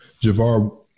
Javar